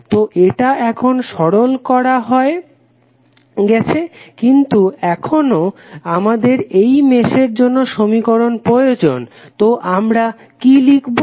তো এটা এখন সরল করা হয়ে গেছে কিন্তু এখনও আমাদের এই মেশের জন্য সমীকরণ প্রয়োজন তো আমরা কি লিখবো